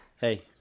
Hey